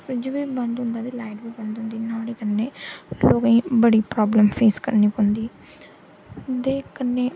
fridge बी बंद होंदा ते लाइट बी बंद होंदी नुआढ़े कन्नै लोकें गी बड़ी प्राब्लम फेस करनी पौंदी ऐ ते कन्नै